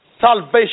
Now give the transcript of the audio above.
salvation